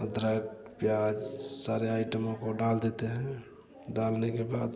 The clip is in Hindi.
अदरक प्याज सारे आइटमों को डाल देते हैं डालने के बाद